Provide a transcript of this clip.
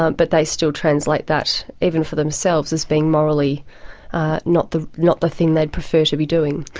um but they still translate that, even for themselves, as being morally not the not the thing they'd prefer to be doing.